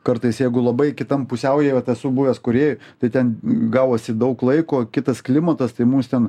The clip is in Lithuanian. kartais jeigu labai kitam pusiaujy vat esu buvęs korėjoj tai ten gavosi daug laiko kitas klimatas tai mums ten